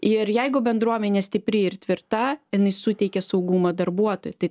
ir jeigu bendruomenė stipri ir tvirta jinai suteikia saugumą darbuotojui tai